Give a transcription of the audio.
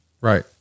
Right